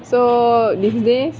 so these days